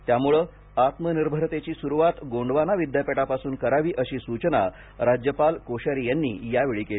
त्यामूळे आत्मनिर्भरतेची स्रुवात गोंडवाना विद्यापीठापासून करावी अशी सूचना राज्यपाल कोश्यारी यांनी यावेळी केली